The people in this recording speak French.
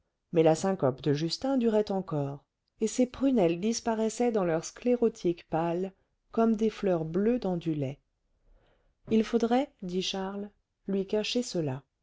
mais la syncope de justin durait encore et ses prunelles disparaissaient dans leur sclérotique pâle comme des fleurs bleues dans du lait il faudrait dit charles lui cacher cela